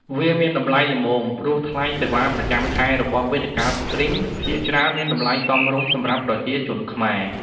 វាមានតម្លៃល្មម ព្រោះថ្លៃសេវាប្រចាំខែរបស់វេទិកាស្ទ្រីមភាគច្រើនមានតម្លៃសមរម្យសម្រាប់ប្រជាជនខ្មែរ។